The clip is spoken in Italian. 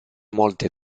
molte